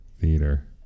theater